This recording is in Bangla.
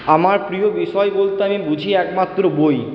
আমার প্রিয় বিষয় বলতে আমি বুঝি একমাত্র বই